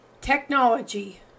Technology